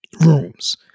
rooms